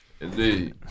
Indeed